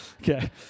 Okay